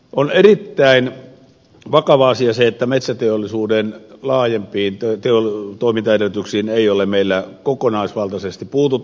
on erittäin vakava asia se että metsäteollisuuden laajempiin toimintaedellytyksiin ei ole meillä kokonaisvaltaisesti puututtu